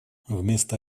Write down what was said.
вместо